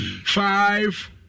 five